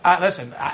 Listen